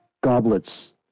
goblets